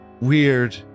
weird